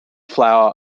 flour